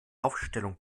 aufstellung